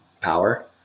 power